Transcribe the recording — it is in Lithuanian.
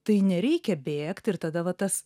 tai nereikia bėgt ir tada va tas